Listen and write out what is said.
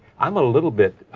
i'm a little bit,